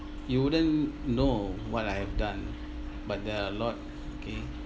you wouldn't know what I have done but there are a lot okay